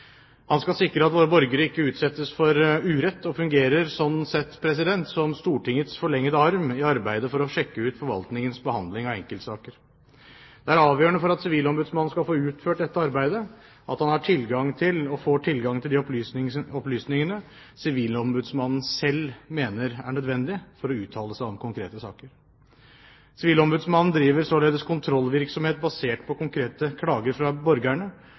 Han skal sikre at våre borgere ikke utsettes for urett og fungerer slik sett som Stortingets forlengde arm i arbeidet for å sjekke ut forvaltningens behandling av enkeltsaker. For at Sivilombudsmannen skal få utført dette arbeidet, er det avgjørende at han har tilgang til og får tilgang til de opplysningene Sivilombudsmannen selv mener er nødvendige for å uttale seg om konkrete saker. Sivilombudsmannen driver således kontrollvirksomhet basert på konkrete klager fra borgerne.